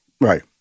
right